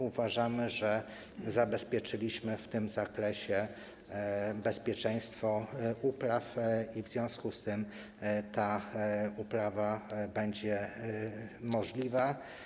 Uważamy, że zapewniliśmy w tym zakresie bezpieczeństwo upraw, i w związku z tym ta uprawa będzie możliwa.